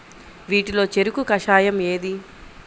వీటిలో చెరకు కషాయం ఏది?